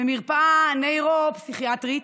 במרפאה נוירו-פסיכיאטרית,